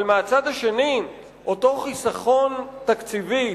אבל מהצד השני אותו חיסכון תקציבי,